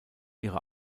ihre